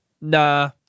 nah